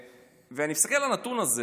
אני מסתכל על הנתון הזה